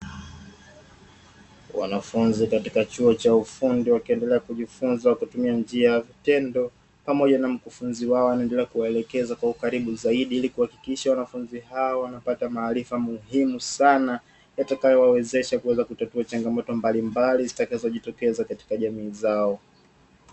Wanafunzi katika chuo cha ufundi wakaendelea kujifunza kutumia njia ya vitendo pamoja na mkufunzi wao, wanaendelea kuwaelekeza kwa ukaribu zaidi; ili kuhakikisha wanafunzi hawa wanapata maarifa muhimu sana yatakayo wawezesha kuweza kutatua changamoto mbalimbali zitakazojitokeza katika jamii zao